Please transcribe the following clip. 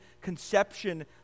conception